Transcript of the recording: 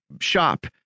shop